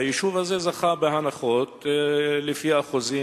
והיישוב הזה זכה בהנחות לפי אחוזים,